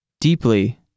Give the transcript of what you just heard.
Deeply